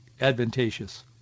advantageous